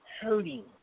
Hurting